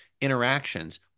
interactions